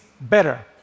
better